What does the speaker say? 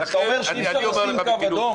------ אתה אומר שאי אפשר לשים קו אדום?